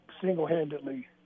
single-handedly